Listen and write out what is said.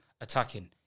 attacking